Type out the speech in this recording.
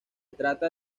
trata